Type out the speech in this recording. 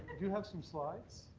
do you have some slides?